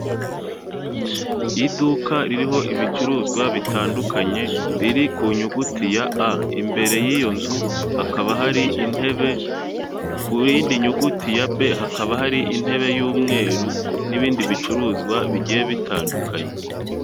Iduka ririho ibicuruzwa bitandukanye riri ku nyuguti ya A, imbere y'iyo nzu hakaba hari intebe ku yindi nyuguti ya B hakaba hari intebe y'umweru n'ibindi bicuruzwa bigiye bitandukanye.